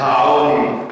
העוני,